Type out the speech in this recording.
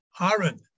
Aaron